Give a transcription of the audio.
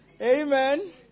Amen